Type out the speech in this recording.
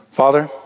Father